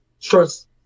trust